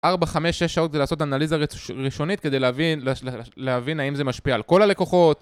4-5-6 שעות זה לעשות אנליזה ראשונית כדי להבין האם זה משפיע על כל הלקוחות